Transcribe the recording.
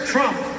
Trump